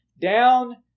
down